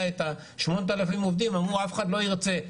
את 8,000 העובדים אמרו שאף אחד לא ירצה,